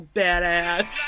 badass